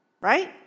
right